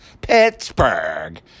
Pittsburgh